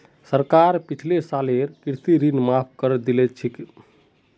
सरकार पिछले सालेर कृषि ऋण माफ़ करे दिल छेक